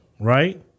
right